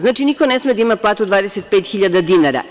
Znači, niko ne sme da ima platu 25.000 dinara.